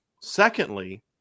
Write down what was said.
secondly